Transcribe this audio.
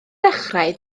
dechrau